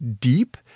deep